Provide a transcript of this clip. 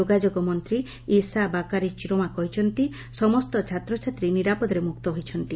ଯୋଗାଯୋଗ ମନ୍ତ୍ରୀ Isa Bakari Chiroma କହିଛନ୍ତି ସମସ୍ତ ଛାତ୍ରଛାତ୍ରୀ ନିରାପଦରେ ମୁକ୍ତ ହୋଇଛନ୍ତି